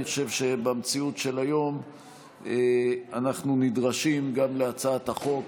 אני חושב שבמציאות של היום אנחנו נדרשים גם להצעת החוק